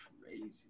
crazy